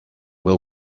will